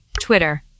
Twitter